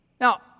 Now